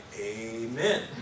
Amen